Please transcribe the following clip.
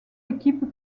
équipes